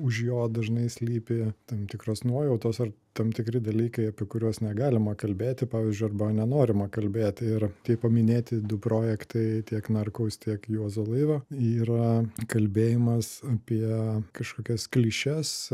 už jo dažnai slypi tam tikros nuojautos ar tam tikri dalykai apie kuriuos negalima kalbėti pavyzdžiui arba nenorima kalbėti ir tie paminėti du projektai tiek narkaus tiek juozo laivio yra kalbėjimas apie kažkokias klišes